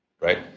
right